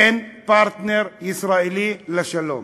אין פרטנר ישראלי לשלום.